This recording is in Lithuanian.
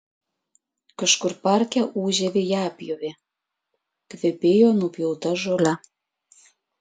kažkur parke ūžė vejapjovė kvepėjo nupjauta žole